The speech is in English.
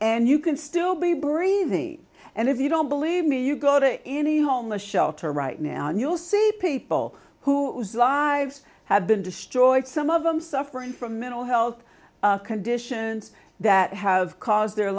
and you can still be breathing and if you don't believe me you go to any homeless shelter right now and you'll see people who lives have been destroyed some of them suffering from mental health conditions that have caused their